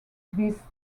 these